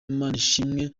manishimwe